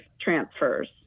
transfers